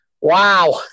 wow